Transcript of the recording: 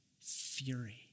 Fury